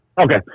Okay